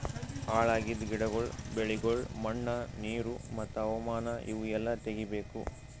ಹಾಳ್ ಆಗಿದ್ ಗಿಡಗೊಳ್, ಬೆಳಿಗೊಳ್, ಮಣ್ಣ, ನೀರು ಮತ್ತ ಹವಾಮಾನ ಇವು ಎಲ್ಲಾ ತೆಗಿಬೇಕು